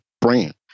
brand